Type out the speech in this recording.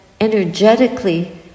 energetically